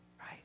right